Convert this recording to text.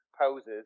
poses